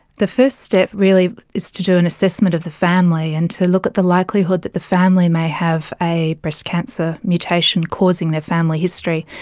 the first step really is to do an assessment of the family and to look at the likelihood that the family may have a breast cancer mutation causing their family history.